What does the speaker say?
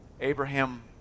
Abraham